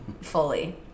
fully